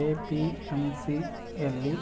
APMC ಯಲ್ಲಿ